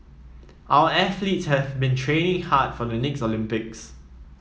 our athletes have been training hard for the next Olympics